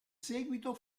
seguito